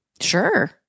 sure